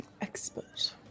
expert